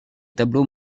tableaux